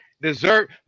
Dessert